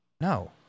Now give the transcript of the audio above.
No